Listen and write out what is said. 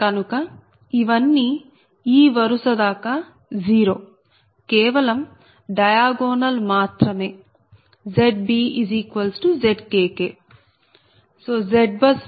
కనుక ఇవన్నీ ఈ వరుస దాకా 0 కేవలం డయాగోనల్ మాత్రమే ZbZkk